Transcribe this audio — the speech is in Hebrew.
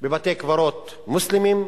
בבתי-קברות מוסלמיים.